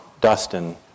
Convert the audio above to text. Dustin